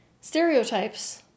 Stereotypes